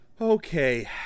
Okay